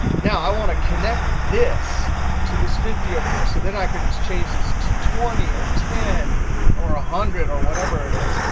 now i want to connect this to this fifty over here so then i can just change this to twenty or ten or one ah hundred or whatever it is.